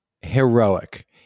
heroic